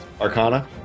arcana